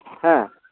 ᱦᱮᱸ